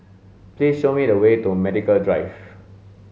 please show me the way to Medical Drive